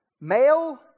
male